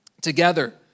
together